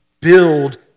build